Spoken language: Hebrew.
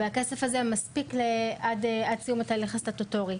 והכסף הזה יספיק עד סיום התהליך הסטטוטורי.